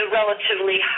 relatively